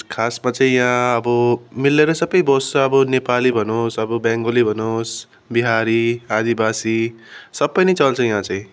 खासमा चाहिँ यहाँ अब मिलेर सबै बस्छ अब नेपाली भनोस् अब बेङ्गोली भनोस् बिहारी आदिबासी सबै नै चल्छ यहाँ चाहिँ